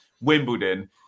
Wimbledon